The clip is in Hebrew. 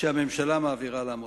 שהממשלה מעבירה לעמותות.